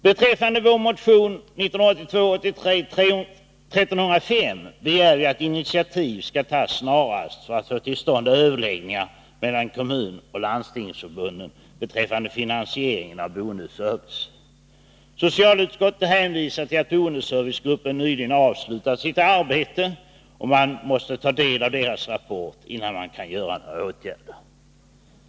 I vår motion 1982/83:1305 begär vi att initiativ skall tas snarast för att få till stånd överläggningar mellan Kommunförbundet och Landstingsförbundet beträffande finansieringen av boendeservicen. Socialutskottet hänvisar till att boendeservicegruppen nyligen har avslutat sitt arbete och att man måste ta del av dess rapport, innan man kan vidta några åtgärder.